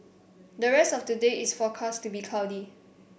the rest of today is forecast to be cloudy